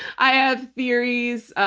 i have theories.